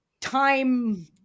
time